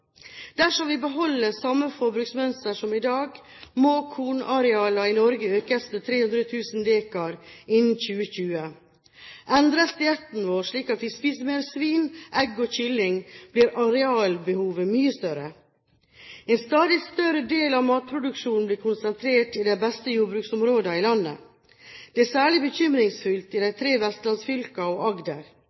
Dersom vi beholder samme forbruksmønster som i dag, må kornarealene i Norge økes med 300 000 dekar innen 2020. Endres dietten vår slik at vi spiser mer svin, egg og kylling, blir arealbehovet mye større. En stadig større del av matproduksjonen blir konsentrert i de beste jordbruksområdene i landet. Det er særlig bekymringsfullt i de tre vestlandsfylkene og i Agder.